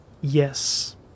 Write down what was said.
Yes